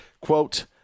quote